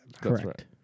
Correct